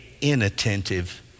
inattentive